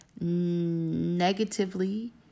Negatively